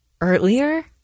earlier